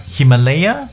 Himalaya